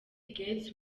gates